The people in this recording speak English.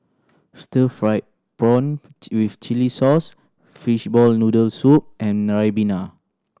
stir fried prawn with chili sauce fishball noodle soup and ribena